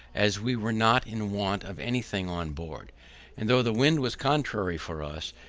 as we were not in want of any thing on board and though the wind was contrary for us,